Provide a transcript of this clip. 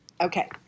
Okay